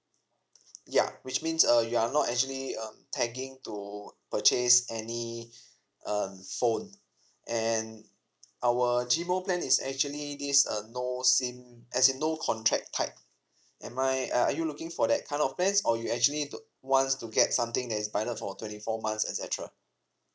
ya which means uh you are not actually um tagging to purchase any uh phone and our chimo plan is actually this uh no sim as in no contract type am I uh are you looking for that kind of plans or you actually d~ wants to get something that is binded for twenty four month etcetera